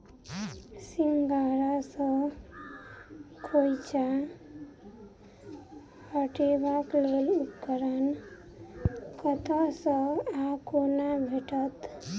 सिंघाड़ा सऽ खोइंचा हटेबाक लेल उपकरण कतह सऽ आ कोना भेटत?